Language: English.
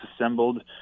assembled